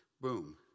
Boom